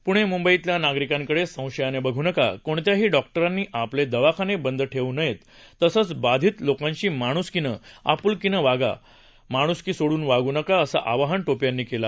पुणे मुंबईतल्या नागरिकांकडे संशयाने बघू नका कोणत्याही डॉक्टरांनी आपले दवाखाने बंद ठेवू नयेत तसंच बाधित लोकांशी माणुसकीने आपुलकीने वागा माणुसकी सोडून वागू नका असं आवाहन टोपे यांनी यावेळी केलं